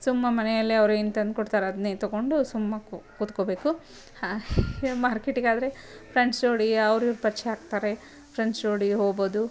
ಸುಮ್ಮ ಮನೆಯಲ್ಲೇ ಅವರು ಏನು ತಂದ್ಕೊಡ್ತಾರೆ ಅದನ್ನೇ ತಗೊಂಡು ಸುಮ್ಮ ಕೂತ್ಕೊಬೇಕು ಮಾರ್ಕೆಟಿಗಾದರೆ ಫ್ರೆಂಡ್ಸ್ ಜೋಡಿ ಅವ್ರು ಇವ್ರು ಪರಿಚಯ ಆಗ್ತಾರೆ ಫ್ರೆಂಡ್ಸ್ ಜೋಡಿ ಹೋಗ್ಬೋದು